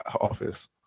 office